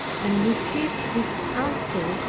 and received his answer,